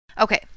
Okay